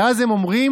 ואז הם אומרים,